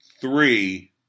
Three